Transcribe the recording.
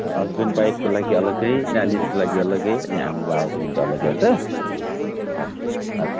husband वाइफको लागि अलग्गै नानीहरूको लागि अलग्गै अनि आमा बाबाको निम्ति अलग्गै होइन त हस् हस्